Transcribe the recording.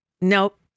Nope